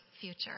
future